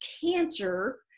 cancer